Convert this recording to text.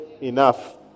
enough